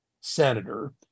senator